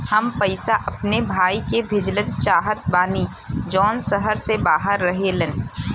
हम पैसा अपने भाई के भेजल चाहत बानी जौन शहर से बाहर रहेलन